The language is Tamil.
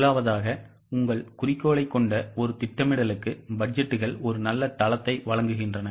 முதலாவதாக உங்கள் குறிக்கோளைக் கொண்ட ஒரு திட்டமிடலுக்கு பட்ஜெட்டுகள் ஒரு நல்ல தளத்தை வழங்குகின்றன